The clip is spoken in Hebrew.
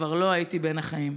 כבר לא הייתי בין החיים.